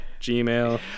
Gmail